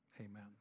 amen